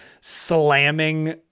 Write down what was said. slamming